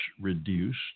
reduced